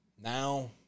Now